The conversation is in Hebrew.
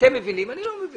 אתם מבינים, אבל אני לא מבין.